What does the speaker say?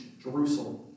Jerusalem